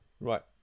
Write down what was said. right